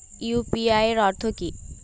UPI এর অর্থ কি?